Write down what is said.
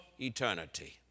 eternity